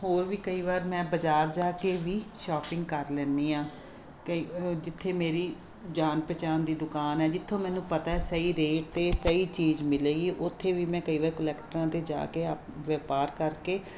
ਹੋਰ ਵੀ ਕਈ ਵਾਰ ਮੈਂ ਬਾਜ਼ਾਰ ਜਾ ਕੇ ਵੀ ਸ਼ੋਪਿੰਗ ਕਰ ਲੈਂਦੀ ਹਾਂ ਕਈ ਜਿੱਥੇ ਮੇਰੀ ਜਾਣ ਪਹਿਚਾਣ ਦੀ ਦੁਕਾਨ ਹੈ ਜਿੱਥੋਂ ਮੈਨੂੰ ਪਤਾ ਸਹੀ ਰੇਟ 'ਤੇ ਸਹੀ ਚੀਜ਼ ਮਿਲੇਗੀ ਉੱਥੇ ਵੀ ਮੈਂ ਕਈ ਵਾਰ ਕੁਲੈਕਟਰਾਂ 'ਤੇ ਜਾ ਕੇ ਆਪ ਵਪਾਰ ਕਰਕੇ